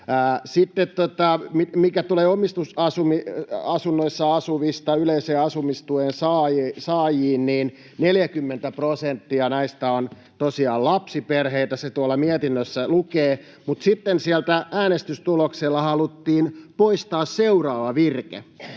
Sitten mitä tulee omistusasunnoissa asuviin yleisen asumistuen saajiin, niin 40 prosenttia näistä on tosiaan lapsiperheitä. Se tuolla mietinnössä lukee, mutta sitten sieltä äänestystuloksella haluttiin poistaa seuraava virke: